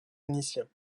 vénitiens